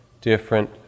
different